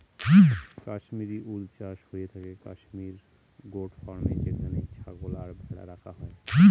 কাশ্মিরী উল চাষ হয়ে থাকে কাশ্মির গোট ফার্মে যেখানে ছাগল আর ভেড়া রাখা হয়